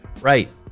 Right